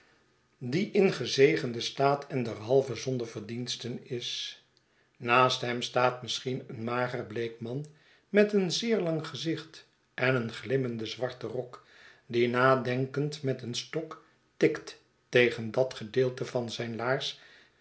die in gezegenden staat en derhalve zonder verdiensten is naast hem staat misschien een mager bleek man met een zeer lang gezicht en een glimmenden zwarten rok die nadenkend met een stok tikt tegen dat gedeelte van zijne laars